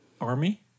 Army